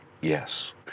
Yes